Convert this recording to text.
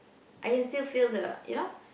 I can still feel the you know